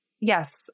yes